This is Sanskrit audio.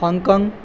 हाङ्काङ्ग्